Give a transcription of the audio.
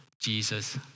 Jesus